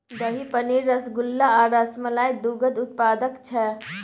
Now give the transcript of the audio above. दही, पनीर, रसगुल्ला आ रसमलाई दुग्ध उत्पाद छै